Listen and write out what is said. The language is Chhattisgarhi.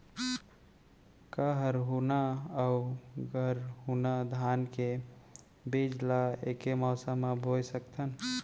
का हरहुना अऊ गरहुना धान के बीज ला ऐके मौसम मा बोए सकथन?